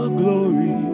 glory